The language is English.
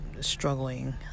struggling